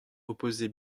opposer